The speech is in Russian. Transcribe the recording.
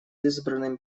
избранным